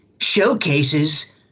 showcases